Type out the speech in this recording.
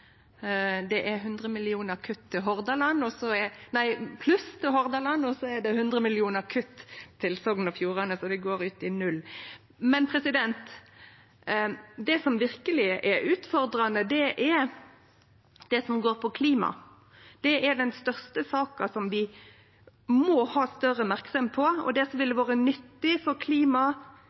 Det er 100 mill. kr i pluss til Hordaland, og så er det 100 mill. i kutt til Sogn og Fjordane, så det går ut i null. Det som verkeleg er utfordrande, er det som går på klima. Det er den største saka, som vi må ha større merksemd på. Det som ville ha vore nyttig for